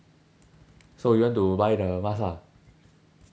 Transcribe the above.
so you want to buy the mask ah